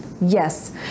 yes